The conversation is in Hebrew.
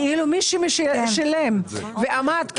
כאילו מי ששילם ועמד בדברים,